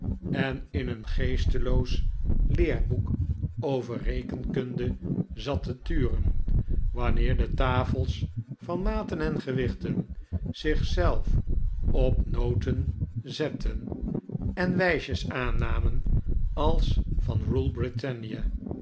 en in een geesteloos leerboek over rekenkunde zat te turen wanneer de tafels van maten en gewicht zich zelf op noten zetten en wijsjes aannamen als van